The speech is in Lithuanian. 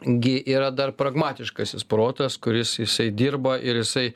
gi yra dar pragmatiškasis protas kuris jisai dirba ir jisai